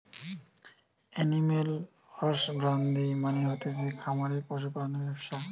animal husbandry মানে হতিছে খামারে পশু পালনের ব্যবসা